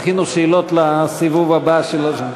תכינו שאלות לסיבוב הבא שלו.